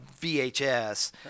VHS